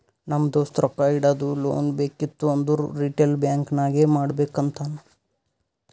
ನಮ್ ದೋಸ್ತ ರೊಕ್ಕಾ ಇಡದು, ಲೋನ್ ಬೇಕಿತ್ತು ಅಂದುರ್ ರಿಟೇಲ್ ಬ್ಯಾಂಕ್ ನಾಗೆ ಮಾಡ್ಬೇಕ್ ಅಂತಾನ್